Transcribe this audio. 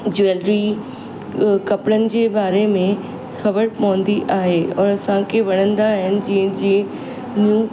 jewellery कपिड़नि जे बारे में ख़बर पवंदी आहे और असांखे वणंदा आहिनि जीअं जीअं न्यू